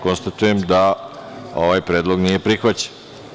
Konstatujem da ovaj predlog nije prihvaćen.